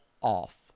off